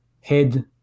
head